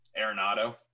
Arenado